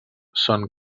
són